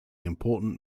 important